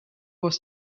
was